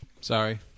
Sorry